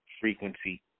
frequency